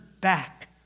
back